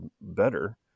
better